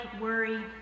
worry